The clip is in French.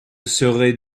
serai